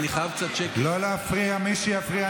איפה העתיד?